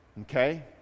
Okay